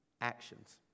actions